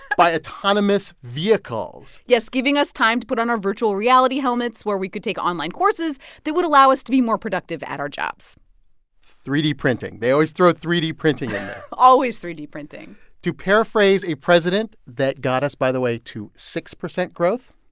by autonomous vehicles yes, giving us time to put on our virtual reality helmets, where we could take online courses that would allow us to be more productive at our jobs three d printing. they always throw three d printing in there always three d printing to paraphrase a president that got us, by the way, to six percent growth.